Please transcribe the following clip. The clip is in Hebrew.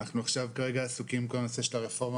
אנחנו עכשיו כרגע עסוקים בכל הנושא של הרפורמה